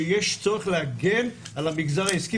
שיש צורך להגן על המגזר העסקי.